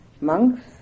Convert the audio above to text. Monks